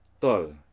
Tall